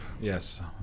Yes